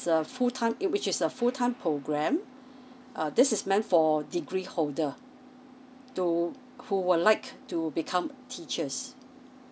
a full time in which is a full time program err this is meant for degree holder to who would like to become teachers